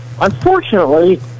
Unfortunately